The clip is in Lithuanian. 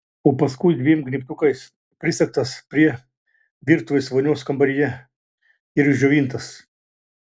o paskui dviem gnybtukais prisegtas prie virtuvės vonios kambaryje ir išdžiovintas